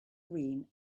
green